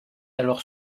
alors